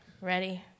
ready